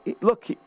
look